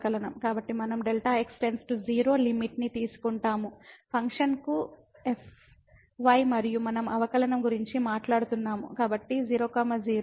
కాబట్టి మనం Δx → 0 limit ని తీసుకుంటాము ఫంక్షన్కు fy మరియు మనం అవకలనం గురించి మాట్లాడుతున్నాము కాబట్టి 00